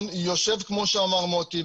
יושב כמו שאמר מוטי,